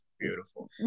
beautiful